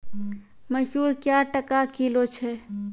मसूर क्या टका किलो छ?